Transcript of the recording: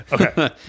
Okay